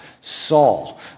Saul